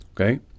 Okay